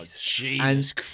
Jesus